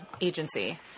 agency